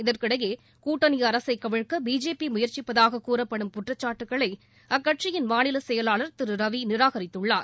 இதற்கிடையே கூட்டணி அரசை கவிழ்க்க பிஜேபி முயற்சிப்பதாகக் கூறப்படும் குற்றச்சாட்டுக்களை அக்கட்சியின் மாநில செயலாளர் திரு ரவி நிராகரித்துள்ளார்